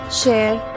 share